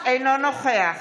אינו נוכח